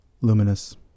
luminous